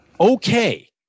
okay